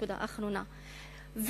נקודה אחרונה.